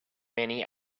many